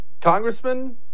Congressman